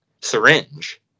syringe